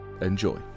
Enjoy